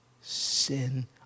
sin